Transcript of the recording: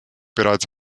bereits